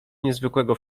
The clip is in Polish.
niezwykłego